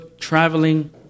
traveling